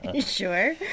sure